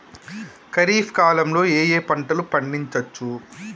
ఖరీఫ్ కాలంలో ఏ ఏ పంటలు పండించచ్చు?